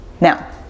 Now